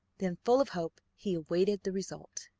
then, full of hope, he awaited the result.